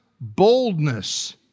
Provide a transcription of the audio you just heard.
boldness